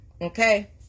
Okay